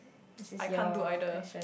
I can't do either